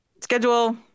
schedule